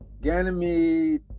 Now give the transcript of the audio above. Ganymede